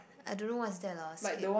I don't know what's that lah skip